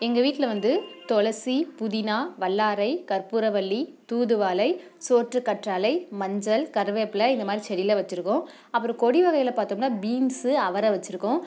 எங்கள் வீட்டில் வந்து துளசி புதினா வல்லாரை கற்பூரவல்லி தூதுவளை சோற்றுக்கற்றாழை மஞ்சள் கறிவேப்பிலை இந்தமாதிரி செட்டிலாம் வச்சுருக்கோம் அப்புறம் கொடி வகையில் பார்த்தோம்ன்னா பீன்ஸ்ஸு அவரை வச்சுருக்கோம்